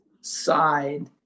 side